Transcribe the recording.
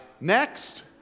next